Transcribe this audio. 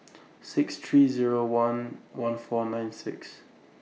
six three Zero one one four nine six